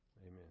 Amen